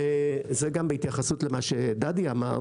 זה גם בהתייחסות למה שדדי אמר,